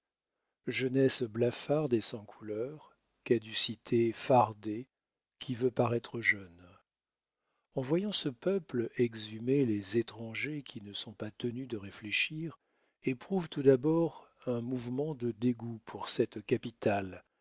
jeunesse blafarde et sans couleur caducité fardée qui veut paraître jeune en voyant ce peuple exhumé les étrangers qui ne sont pas tenus de réfléchir éprouvent tout d'abord un mouvement de dégoût pour cette capitale